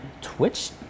Twitch